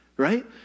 Right